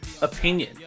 opinion